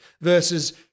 versus